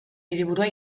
hiriburua